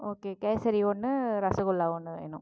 okay kesari ஒன்று ரசகுல்லா ஒன்று வேணும்